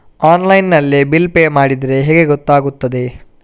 Online ನಲ್ಲಿ bill pay ಮಾಡಿದ್ರೆ ಹೇಗೆ ಗೊತ್ತಾಗುತ್ತದೆ?